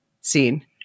seen